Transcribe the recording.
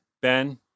Ben